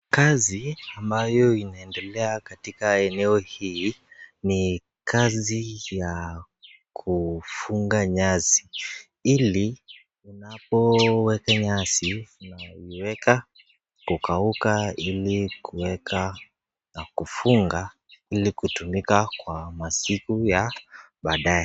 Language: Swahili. Kazi ambayo inaendelea katika eneo hii, ni kazi ya kufunga nyasi ili unapoweka nyasi zinaweza kukauka na ili kuweka na kufunga, ili kutumika kwa masiku ya baadaye.